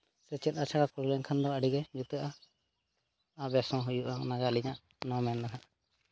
ᱥᱮᱪᱮᱫ ᱟᱥᱲᱟ ᱠᱚ ᱦᱩᱭ ᱞᱮᱱᱠᱷᱟᱱ ᱫᱚ ᱟᱹᱰᱤᱜᱮ ᱡᱩᱛᱩᱜᱼᱟ ᱟᱨ ᱵᱮᱥ ᱦᱚᱸ ᱦᱩᱭᱩᱜᱼᱟ ᱚᱱᱟᱜᱮ ᱟᱹᱞᱤᱧᱟᱜ ᱱᱚᱣᱟ ᱢᱮᱱ ᱫᱚ ᱦᱟᱸᱜ